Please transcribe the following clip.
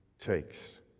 takes